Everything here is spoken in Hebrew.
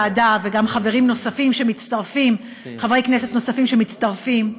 כמה חברי ועדה, וגם חברי כנסת נוספים שמצטרפים,